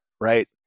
right